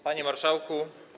Panie Marszałku!